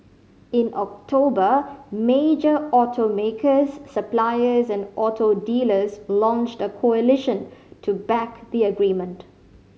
in October major automakers suppliers and auto dealers launched a coalition to back the agreement